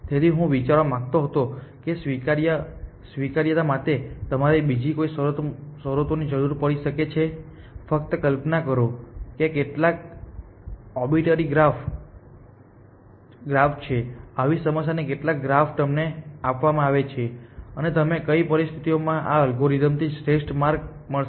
તેથી હું વિચારવા માંગતો હતો કે સ્વીકાર્યતા માટે તમારે બીજી કઈ શરતોની જરૂર પડી શકે છે ફક્ત કલ્પના કરો કે આ કેટલાક ઓબીટરી ગ્રાફ છે આવી સમસ્યાના કેટલાક ગ્રાફ તમને આપવામાં આવે છે અને તમે કઈ પરિસ્થિતિઓમાં આ અલ્ગોરિધમ થી શ્રેષ્ઠ માર્ગ મળશે